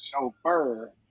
Chauffeur